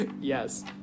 Yes